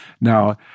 Now